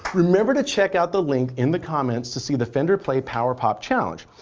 remember to check out the link in the comments to see the fender play power pop challenge.